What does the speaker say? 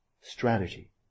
strategy